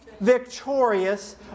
victorious